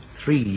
Three